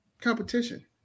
competition